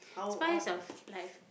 spice of life